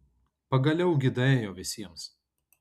pagaliau gi daėjo visiems